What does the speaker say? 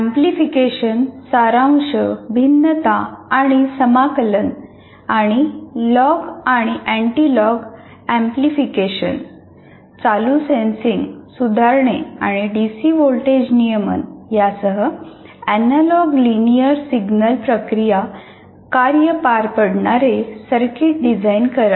amplification सारांश भिन्नता आणि समाकलन आणि लॉग आणि अँटिलोग एम्प्लिफिकेशन चालू सेन्सिंग सुधारणे आणि डीसी व्होल्टेज नियमन यासह एनालॉग लिनियर सिग्नल प्रक्रिया कार्ये पार पाडणारे सर्किट्स डिझाईन करा